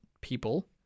people